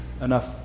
Enough